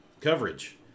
coverage